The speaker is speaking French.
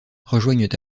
rejoignent